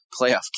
playoff